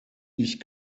ich